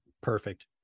Perfect